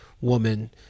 woman